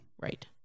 Right